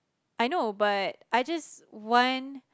I know but I just want